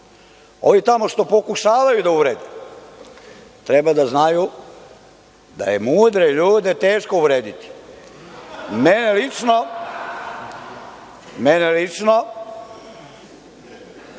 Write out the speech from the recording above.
tamo što pokušavaju da uvrede treba da znaju da je mudre ljude teško uvrediti. Mene lično…Gospodin